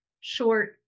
short